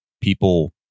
People